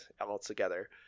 altogether